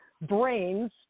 brains